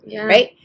right